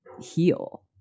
heal